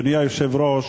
אדוני היושב-ראש,